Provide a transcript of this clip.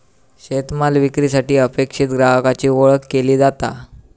शेतमाल विक्रीसाठी अपेक्षित ग्राहकाची ओळख केली जाता